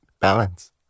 balance